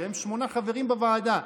והם שמונה חברים בוועדה.